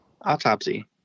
autopsy